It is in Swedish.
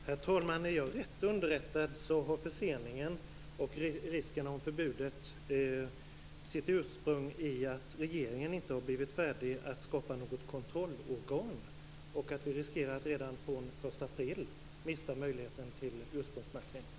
Herr talman! Är jag rätt underrättad så har förseningen och risken för det här förbudet sitt ursprung i att regeringen inte har blivit färdig med att skapa ett kontrollorgan. Vi riskerar att redan från den 1 april mista möjligheten till ursprungsmärkning.